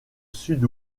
sud